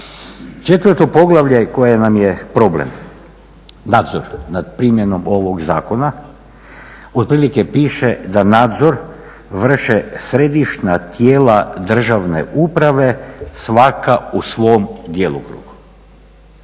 Četvrto poglavlje koje nam je problem, nadzor nad primjenom ovog zakona. Otprilike piše da nadzor vrše središnja tijela državne uprave svaka u svom djelokrugu.